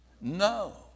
No